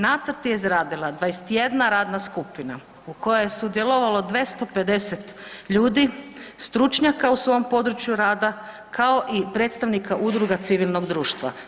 Nacrt je izradila 21 radna skupina u kojoj je sudjelovalo 250 ljudi, stručnjaka u svom području rada kao i predstavnika Udruga civilnog društva.